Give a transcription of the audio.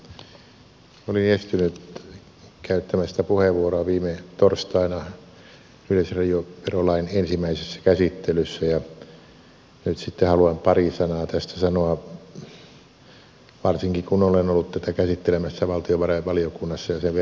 olin estynyt käyttämästä puheenvuoroa viime torstaina yleisradioverolain ensimmäisessä käsittelyssä ja nyt sitten haluan pari sanaa tästä sanoa varsinkin kun olen ollut tätä käsittelemässä valtiovarainvaliokunnassa ja sen verojaostossa